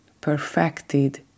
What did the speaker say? perfected